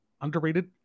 underrated